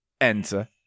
enter